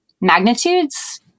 magnitudes